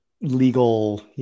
legal